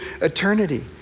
eternity